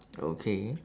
okay